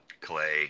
Clay